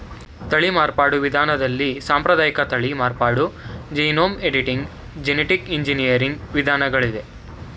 ತಳಿ ಮಾರ್ಪಾಡು ವಿಧಾನದಲ್ಲಿ ಸಾಂಪ್ರದಾಯಿಕ ತಳಿ ಮಾರ್ಪಾಡು, ಜೀನೋಮ್ ಎಡಿಟಿಂಗ್, ಜೆನಿಟಿಕ್ ಎಂಜಿನಿಯರಿಂಗ್ ವಿಧಾನಗಳಿವೆ